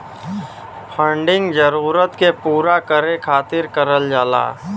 funding जरूरत के पूरा करे खातिर करल जाला